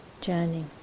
journey